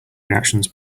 reactions